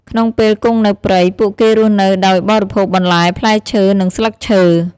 ក្នុងពេលគង់នៅព្រៃ ពួកគេរស់នៅដោយបរិភោគបន្លែផ្លែឈើ និងស្លឹកឈើ។